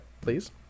please